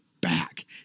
back